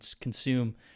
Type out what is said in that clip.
consume